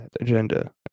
agenda